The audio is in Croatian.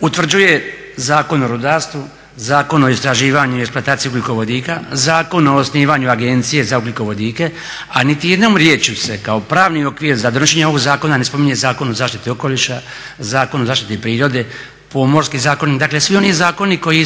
utvrđuje Zakon o rudarstvu, Zakon o istraživanju i eksploataciji ugljikovodika, Zakon o osnivanju agencije za ugljikovodike, a niti jednom riječju se kao pravni okvir za donošenje ovog zakona ne spominje Zakon o zaštiti okoliša, Zakon o zaštiti prirode, Pomorski zakonik. Dakle, svi oni zakoni koji